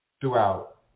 throughout